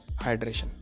hydration